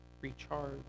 Recharge